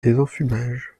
désenfumage